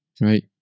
right